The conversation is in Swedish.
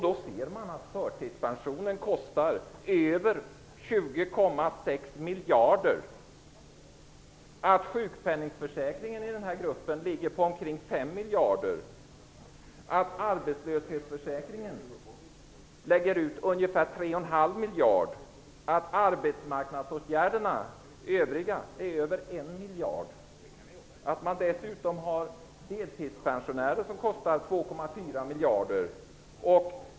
Då ser man att förtidspensionen kostar över 20,6 miljarder. Sjukpenningförsäkringen för denna grupp ligger på omkring 5 miljarder. Arbetslöshetsförsäkringen lägger ut ungefär 3,5 miljarder. Övriga arbetsmarknadsåtgärder kostar över 1 miljard och deltidspensionerna 2,4 miljarder.